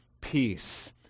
peace